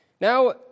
Now